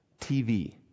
tv